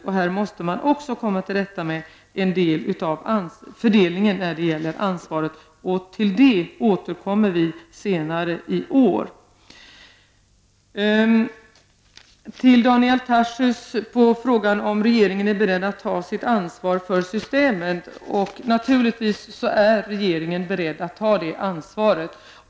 Man måste komma till rätta med fördelningen av ansvaret även här. Till detta återkommer vi senare i år. Daniel Tarschys frågar om regeringen är beredd att ta sitt ansvar för systemet. Naturligtvis är regeringen beredd att ta detta ansvar.